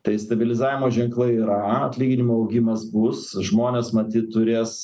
tai stabilizavimo ženklai yra atlyginimų augimas bus žmonės matyt turės